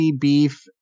Beef